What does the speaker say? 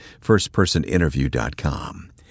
firstpersoninterview.com